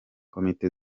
komite